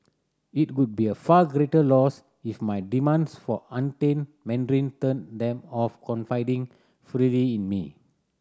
it would be a far greater loss if my demands for untainted Mandarin turned them off confiding freely in me